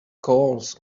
calls